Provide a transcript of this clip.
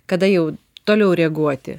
kada jau toliau reaguoti